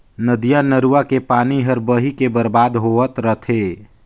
नदिया नरूवा के पानी हर बही के बरबाद होवत रथे